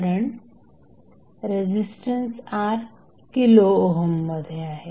कारण resistance R kilo ohm मध्ये आहे